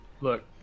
Look